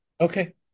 Okay